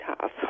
tough